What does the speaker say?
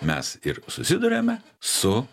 mes ir susiduriame su